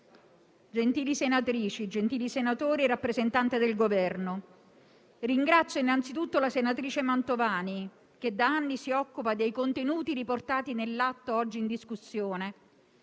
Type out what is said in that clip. gentili senatrici e senatori e onorevole rappresentante del Governo, ringrazio innanzitutto la senatrice Mantovani, che da anni si occupa dei contenuti riportati nell'atto oggi in discussione,